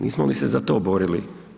Nismo li se za to borili?